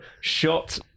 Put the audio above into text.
shot